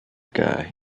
guy